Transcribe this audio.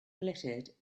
glittered